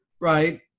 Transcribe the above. right